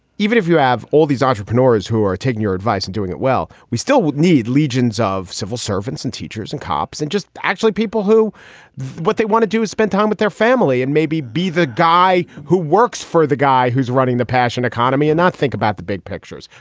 even if you have all these entrepreneurs who are taking your advice and doing it well, we still would need legions of civil servants and teachers and cops. and just actually people who do what they want to do is spend time with their family and maybe be the guy who works for the guy who's running the passion economy and not think about the big pictures,